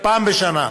פעם בשנה.